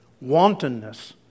wantonness